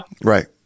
Right